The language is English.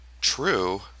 true